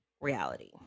reality